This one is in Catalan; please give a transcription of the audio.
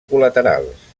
col·laterals